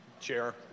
Chair